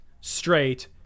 straight